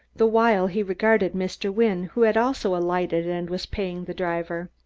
the while he regarded mr. wynne, who had also alighted and was paying the driver.